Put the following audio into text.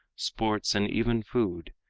sports and even food,